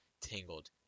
tangled